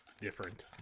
different